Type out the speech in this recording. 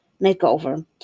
Makeover